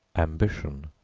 ambition,